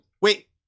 wait